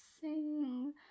sing